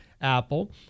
apple